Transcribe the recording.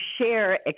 share